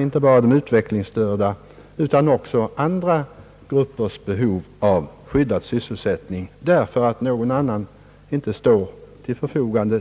inte bara för samtliga utvecklingsstörda utan också för andra gruppers behov av skyddad sysselsättning, därför att ingenting annat för dessa lämpligt står till förfogande?